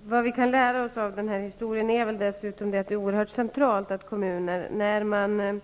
Fru talman! Vi kan dessutom lära oss av den här historien att det är oerhört centralt att kommuner, när de